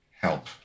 help